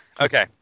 Okay